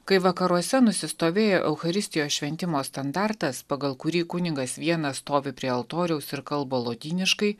kai vakaruose nusistovėjo eucharistijos šventimo standartas pagal kurį kunigas vienas stovi prie altoriaus ir kalba lotyniškai